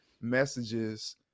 messages